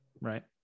right